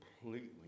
completely